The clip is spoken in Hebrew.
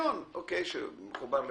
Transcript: שמחובר ל"פנגו",